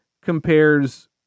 compares